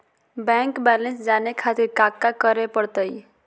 Bank balance जाने खातिर काका करे पड़तई?